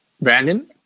Brandon